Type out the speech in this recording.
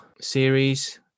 series